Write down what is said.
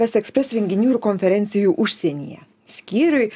vest ekspres renginių ir konferencijų užsienyje skyriui